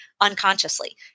unconsciously